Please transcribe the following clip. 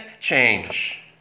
change